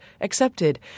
accepted